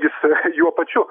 jis juo pačiu